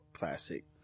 classic